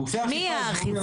גופי האכיפה --- מי זה האכיפה?